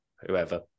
whoever